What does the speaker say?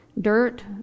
dirt